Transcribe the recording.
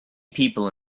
people